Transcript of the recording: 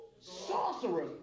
Sorcerers